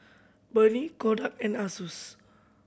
Burnie Kodak and Asus